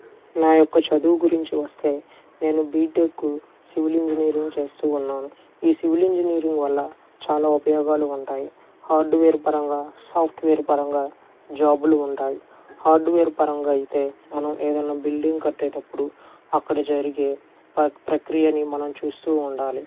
నా యొక్క చదువు గురించి వస్తే నేను బీటెక్కు సివిల్ ఇంజనీరింగ్ చేస్తూ ఉన్నాను ఈ సివిల్ ఇంజనీరింగ్ వల్ల చాలా ఉపయోగాలు ఉంటాయి హార్డ్వేర్ పరంగా సాఫ్ట్వేర్ పరంగా జాబులు ఉంటాయి హార్డ్వేర్ పరంగా అయితే మనం ఏదైనా బిల్డింగ్ కట్టేటప్పుడు అక్కడ జరిగే ప్ర ప్రక్రియని మనం చూస్తూ ఉండాలి